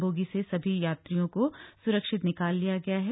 bogie में सवार सभी यात्रियों को सुरक्षित निकाल लिया गया है